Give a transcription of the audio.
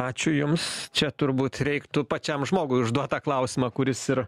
ačiū jums čia turbūt reiktų pačiam žmogui užduot tą klausimą kuris ir